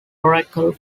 oracle